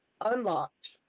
unlocked